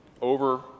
over